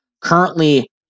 currently